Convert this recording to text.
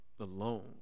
alone